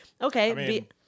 Okay